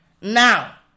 Now